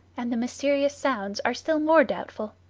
and the mysterious sounds are still more doubtful.